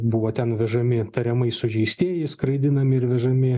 buvo ten vežami tariamai sužeistieji skraidinami ir vežami